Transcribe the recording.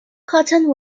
cotton